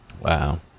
Wow